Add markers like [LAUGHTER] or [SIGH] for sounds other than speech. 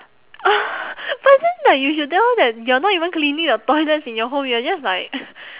[LAUGHS] but then like you should tell her that you're not even cleaning the toilets in your home you're just like [LAUGHS]